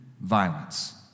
violence